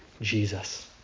Jesus